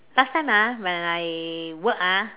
last time ah when I work ah